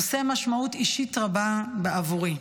נושא משמעות אישית רבה בעבורי.